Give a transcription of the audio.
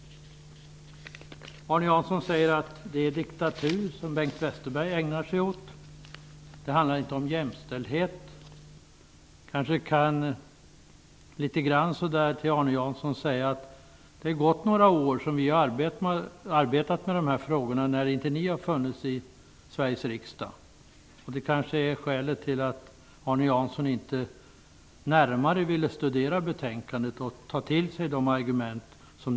Arne Jansson säger att Bengt Westerberg ägnar sig åt diktatur och att det inte handlar om jämställdhet. Jag kan säga till Arne Jansson att det har gått några år då vi har arbetat med de här frågorna då Ny demokrati inte har funnits i Sveriges riksdag. Det kanske är skälet till att Arne Jansson inte närmare vill studera betänkandet och ta till sig argumenten.